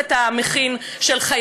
או להתחיל בכלל בכל ההליך של השלילה.